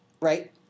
right